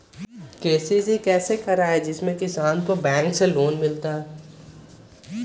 KCC कैसे कराये जिसमे किसान को बैंक से लोन मिलता है?